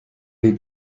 les